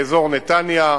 באזור נתניה.